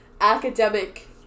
academic